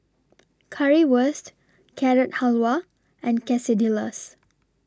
Currywurst Carrot Halwa and Quesadillas